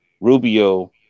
Rubio